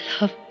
love